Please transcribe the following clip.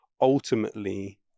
ultimately